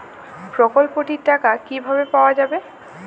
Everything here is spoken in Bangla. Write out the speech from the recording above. প্রকল্পটি র টাকা কি করে পাওয়া যাবে?